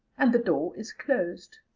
and the door is closed.